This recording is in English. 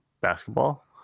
basketball